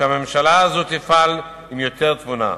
שהממשלה הזאת תפעל עם יותר תבונה.